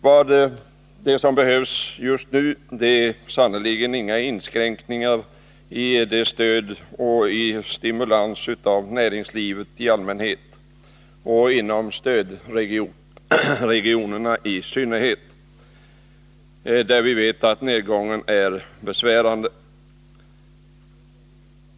Vad som behövs just nu är sannerligen inga inskränkningar i stödet och stimulansen till näringslivet i allmänhet och inom stödregionerna i synnerhet, där vi vet att nedgången är besvärande.